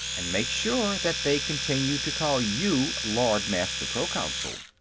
and make sure that they continue to call you lord-master proconsul.